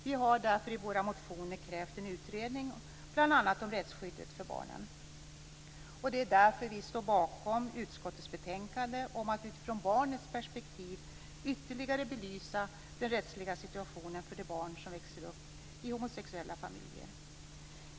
Vi har därför i våra motioner krävt en utredning, bl.a. om rättsskyddet för barnen. Det är därför som vi står bakom utskottets betänkande om att man utifrån barnets perspektiv ytterligare skall belysa den rättsliga situationen för de barn som växer upp i homosexuella familjer.